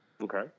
Okay